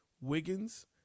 Wiggins